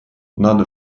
надо